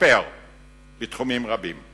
השתפר בתחומים רבים.